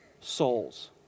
Souls